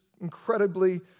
incredibly